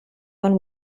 one